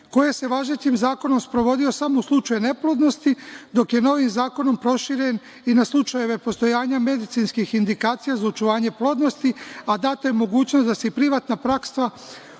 koji se važećim zakonom sprovodio samo u slučaju neplodnosti, dok je novim zakonom proširen i na slučajeve postojanja medicinskih indikacija za očuvanje plodnosti, a data je mogućnost da se i privatna praksa